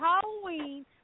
Halloween